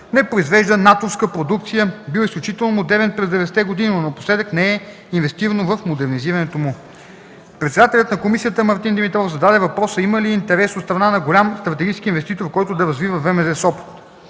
не произвежда натовска продукция, бил изключително модерен през 90-те години, но напоследък не е инвестирано в модернизирането му. Председателят на комисията Мартин Димитров зададе въпрос има ли интерес от страна на голям стратегически инвеститор, който да развива ВМЗ –